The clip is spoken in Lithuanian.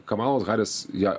kamalos haris ją